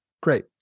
Great